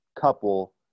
couple